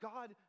God